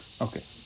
Okay